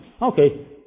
Okay